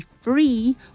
free